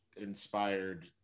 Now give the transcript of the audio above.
inspired